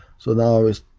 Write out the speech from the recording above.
so now it's